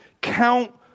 count